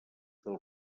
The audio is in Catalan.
del